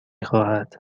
خواهد